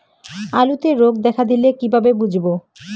আলুতে রোগ দেখা দিলে কিভাবে বুঝবো?